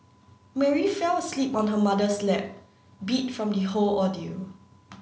Mary fell asleep on her mother's lap beat from the whole ordeal